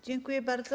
Dziękuję bardzo.